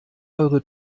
eure